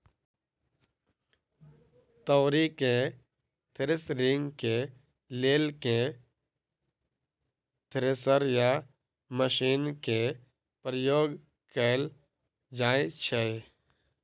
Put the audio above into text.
तोरी केँ थ्रेसरिंग केँ लेल केँ थ्रेसर या मशीन केँ प्रयोग कैल जाएँ छैय?